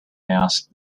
asked